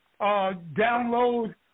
download